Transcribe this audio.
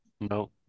No